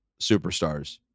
superstars